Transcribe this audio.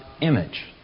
image